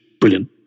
brilliant